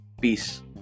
Peace